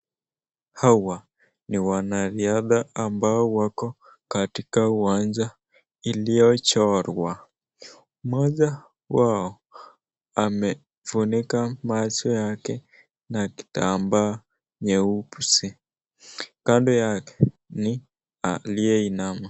Hawa ni wanariadha ambao wako katika uwanja iliochorwa mmoja wao amefunika macho yake na kitamba nyeusi kando yake ni aliyeinama.